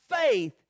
faith